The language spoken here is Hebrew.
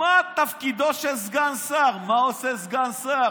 מה תפקידו של סגן שר, מה עושה סגן שר.